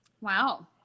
wow